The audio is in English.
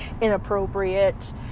inappropriate